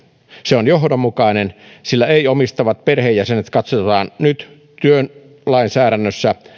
se on johdonmukainen sillä ei omistavat perheenjäsenet katsotaan nyt työlainsäädännössä